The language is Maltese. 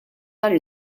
nhar